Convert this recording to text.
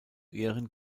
ehren